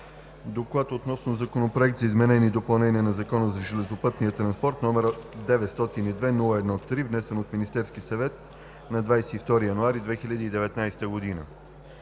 обсъден Законопроект за изменение и допълнение на Закона за железопътния транспорт, № 902-01-3, внесен от Министерския съвет на 22 януари 2019 г.